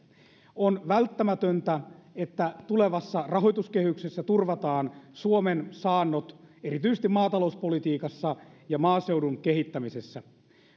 on välttämätöntä että tulevassa rahoituskehyksessä turvataan suomen saannot erityisesti maatalouspolitiikassa ja maaseudun kehittämisessä